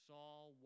Saul